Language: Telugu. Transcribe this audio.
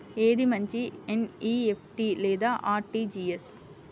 ఏది మంచి ఎన్.ఈ.ఎఫ్.టీ లేదా అర్.టీ.జీ.ఎస్?